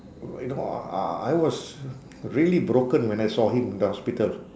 w~ you know I I was really broken when I saw him in the hospital